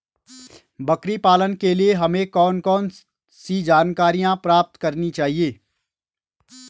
बकरी पालन के लिए हमें कौन कौन सी जानकारियां प्राप्त करनी चाहिए?